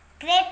Great